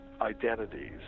identities